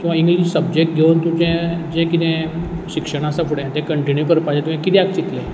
किंवां English subject घेवन तुजें जें कितें शिक्षण आसा फुडें तें कंटिन्यू करपाचें तुवें कित्याक चिंतलें